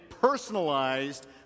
personalized